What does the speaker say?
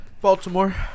Baltimore